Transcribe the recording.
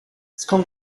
skąd